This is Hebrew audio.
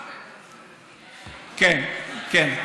כן, כן.